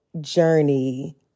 journey